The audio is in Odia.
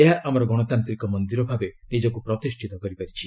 ଏହା ଆମର ଗଣତାନ୍ତ୍ରିକ ମନ୍ଦିର ଭାବେ ନିଜକୁ ପ୍ରତିଷ୍ଠିତ କରିପାରିଛି